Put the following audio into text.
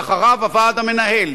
ואחריו הוועד המנהל,